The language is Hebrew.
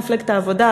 ממפלגת העבודה,